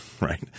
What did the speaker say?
right